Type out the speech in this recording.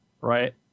right